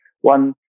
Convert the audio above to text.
one